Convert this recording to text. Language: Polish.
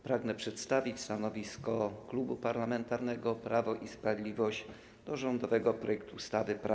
Pragnę przedstawić stanowisko Klubu Parlamentarnego Prawo i Sprawiedliwość wobec rządowego projektu ustawy o zmianie